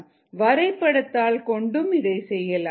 வரைபடத்தாள் கொண்டும் இதை செய்யலாம்